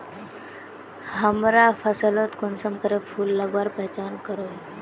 हमरा फसलोत कुंसम करे फूल लगवार पहचान करो ही?